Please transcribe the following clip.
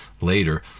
later